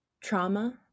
trauma